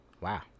Wow